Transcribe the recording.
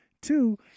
Two